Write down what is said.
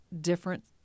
different